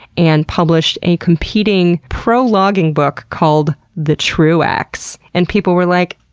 and published a competing pro-logging book called the truax. and people were like,